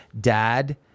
dad